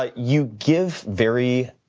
ah you give very